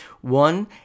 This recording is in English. One